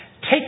Take